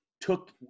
took